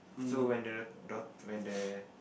so when the daught~ when the